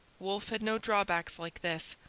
wolfe had no drawbacks like this.